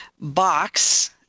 box